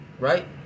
right